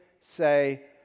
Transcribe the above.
say